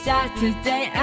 Saturday